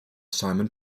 simon